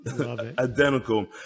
identical